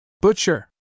Butcher